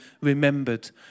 remembered